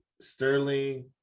Sterling